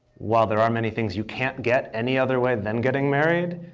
while there are many things you can't get any other way than getting married,